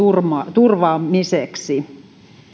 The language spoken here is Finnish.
turvaamiseksi